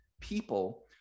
people